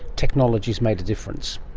technology has made a difference?